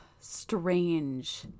strange